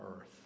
earth